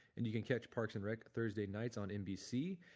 and you can catch parks and rec thursday nights on nbc.